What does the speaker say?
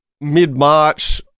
mid-March